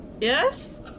yes